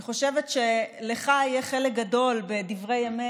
אני חושבת שלך יהיה חלק גדול בדברי ימי